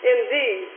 Indeed